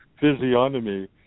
physiognomy